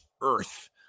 earth